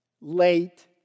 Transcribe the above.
late